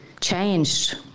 changed